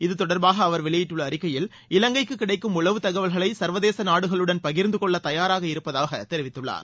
இது தொடர்பாக அவர் வெளியிட்டுள்ள அறிக்கையில் இலங்கைக்கு கிடைக்கும் உளவு தகவல்களை சர்வதேச நாடுகளுடன் பகிர்ந்துகொள்ள தயாராக இருப்பதாக தெரிவித்துள்ளார்